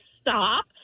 stop